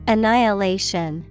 Annihilation